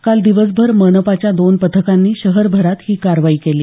काल दिवसभर मनपाच्या दोन पथकांनी शहरभरात ही कारवाई केली